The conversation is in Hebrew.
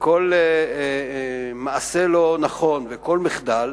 וכל מעשה לא נכון וכל מחדל,